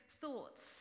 thoughts